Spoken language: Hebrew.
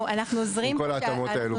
אנחנו עוזרים --- עם כל ההתאמות האלה בחוק.